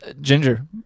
ginger